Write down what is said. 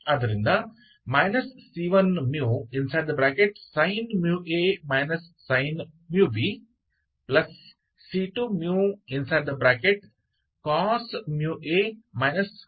हम मैट्रिक के रूप में समीकरणों की प्रणाली 1 2 को फिर से लिखते हैं